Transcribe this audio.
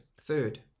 Third